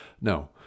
No